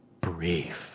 brief